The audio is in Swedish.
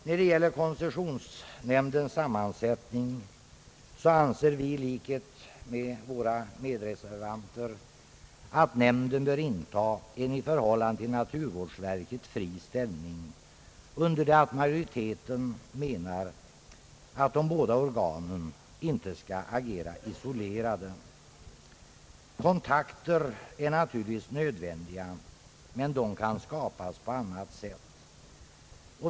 När det gäller koncessionsnämndens sammansättning anser vi i likhet med våra medreservanter att nämnden bör inta en i förhållande till naturvårdsverket fri ställning, under det att majoriteten menar att de båda organen inte skall agera isolerade. Kontakter är naturligtvis nödvändiga, men de kan skapas på annat sätt.